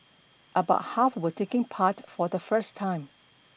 about half were taking part for the first time